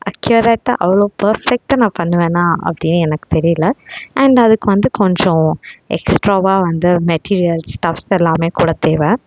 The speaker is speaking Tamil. அக்யூரேட்டா அவ்வளோ பர்ஃபெக்டாக நான் பண்ணுவேனா அப்படின்னு எனக்கு தெரியலை அண்ட் அதுக்கு வந்து கொஞ்சம் எக்ஸ்ட்ராவாக வந்து மெட்டீரியல்ஸ் எல்லாம் கூட தேவை